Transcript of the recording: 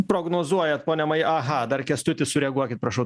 prognozuojat pone aha dar kęstutis sureaguokit prašau